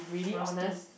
rusty